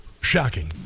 shocking